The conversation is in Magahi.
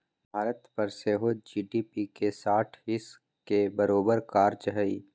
भारत पर सेहो जी.डी.पी के साठ हिस् के बरोबर कर्जा हइ